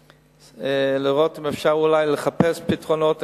לראות אם אפשר אולי לחפש פתרונות.